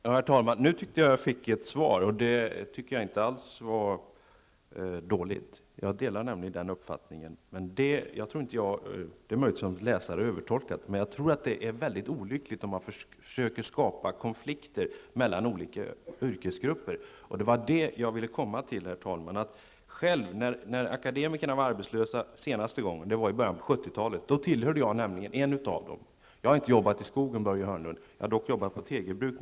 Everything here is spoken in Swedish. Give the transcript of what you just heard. Herr talman! Jag tycker att jag nu fick ett svar som inte alls var dåligt. Jag delar arbetsmarknadsministerns uppfattning. Det är möjligt att jag som läsare kan ha övertolkat artikeln, men jag anser att det är väldigt olyckligt om man försöker skapa konflikter mellan olika yrkesgrupper. När akademikerna i början av 70-talet senast var arbetslösa tillhörde jag en av dessa. Jag har inte arbetat i skogen, Börje Hörnlund, men jag har några gånger arbetat på tegelbruk.